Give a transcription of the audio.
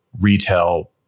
Retail